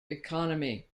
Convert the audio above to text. economy